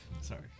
Sorry